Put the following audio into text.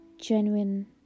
genuine